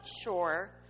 sure